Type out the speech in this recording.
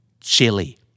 chili